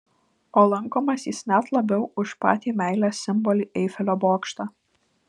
o lankomas jis net labiau už patį meilės simbolį eifelio bokštą